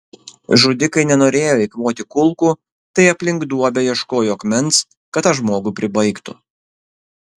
žudikai nenorėjo eikvoti kulkų tai aplink duobę ieškojo akmens kad tą žmogų pribaigtų